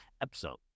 episode